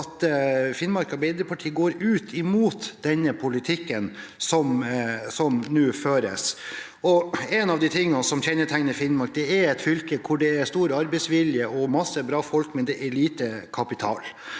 Finnmark Arbeiderparti går ut mot den politikken som nå føres. En av tingene som kjennetegner Finnmark, er at det er et fylke hvor det er stor arbeidsvilje og masse bra folk, men det er lite kapital.